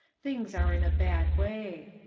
things are in a bad way.